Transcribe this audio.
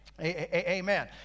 amen